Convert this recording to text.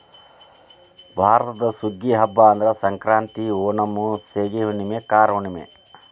ಭಾರತದಲ್ಲಿ ಸುಗ್ಗಿಯ ಹಬ್ಬಾ ಅಂದ್ರ ಸಂಕ್ರಾಂತಿ, ಓಣಂ, ಸೇಗಿ ಹುಣ್ಣುಮೆ, ಕಾರ ಹುಣ್ಣುಮೆ